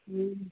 હમ